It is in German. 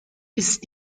ist